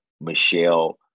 Michelle